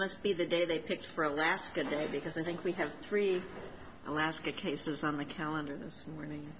must be the day they picked for alaska today because i think we have three alaska cases on my calendar this morning